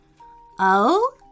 Oh